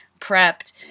prepped